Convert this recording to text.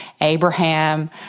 Abraham